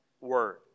Word